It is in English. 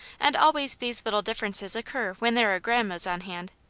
and always these little differences occur when there are grandmas on hand.